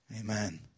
Amen